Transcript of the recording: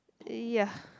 ya